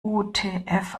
utf